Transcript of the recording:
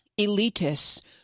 elitists